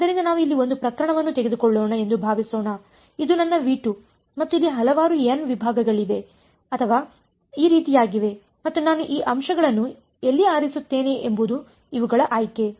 ಆದ್ದರಿಂದ ನಾವು ಇಲ್ಲಿ ಒಂದು ಪ್ರಕರಣವನ್ನು ತೆಗೆದುಕೊಳ್ಳೋಣ ಎಂದು ಭಾವಿಸೋಣ ಇದು ನನ್ನ ಮತ್ತು ಇಲ್ಲಿ ಹಲವಾರು n ವಿಭಾಗಗಳಿವೆ ಅಥವಾ ಈ ರೀತಿಯಾಗಿವೆ ಮತ್ತು ನಾನು ಈ ಅಂಶಗಳನ್ನು ಎಲ್ಲಿ ಆರಿಸುತ್ತೇನೆ ಎಂಬುದು ಇವುಗಳ ಆಯ್ಕೆ